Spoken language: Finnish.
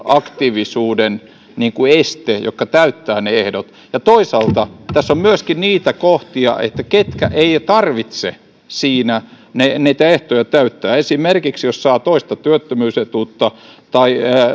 aktiivisuuden este niille jotka täyttävät ne ehdot toisaalta tässä on myöskin niitä kohtia keiden ei tarvitse niitä ehtoja täyttää esimerkiksi jos saa toista työttömyysetuutta tai